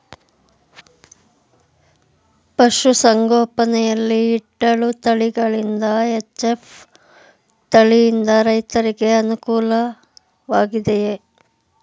ಪಶು ಸಂಗೋಪನೆ ಯಲ್ಲಿ ಇಟ್ಟಳು ತಳಿಗಳಲ್ಲಿ ಎಚ್.ಎಫ್ ತಳಿ ಯಿಂದ ರೈತರಿಗೆ ಅನುಕೂಲ ವಾಗಿದೆಯೇ?